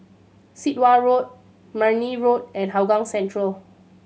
Sit Wah Road Marne Road and Hougang Central